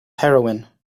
heroine